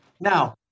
Now